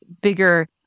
bigger